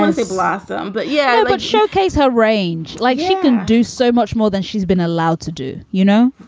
i would say blossom, but. yeah. but showcase her range like she can do so much more than she's been allowed to do, you know?